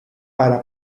para